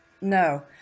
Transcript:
No